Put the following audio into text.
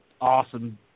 awesome